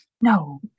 no